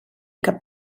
cap